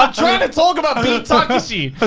ah trying to talk about beat takeshi,